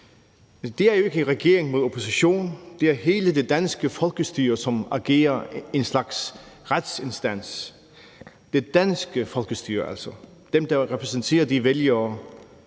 Det er jo ikke regering mod opposition; det er hele det danske folkestyre, som agerer en slags retsinstans, det danske folkestyre, altså dem, der repræsenterer de vælgere,